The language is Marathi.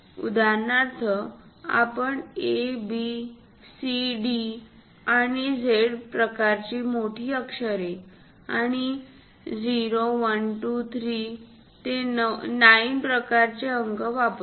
उदाहरणार्थ आपण A B C D आणि Z प्रकारची मोठी अक्षरे आणि 0 1 2 3 ते 9 प्रकारचे अंक वापरतो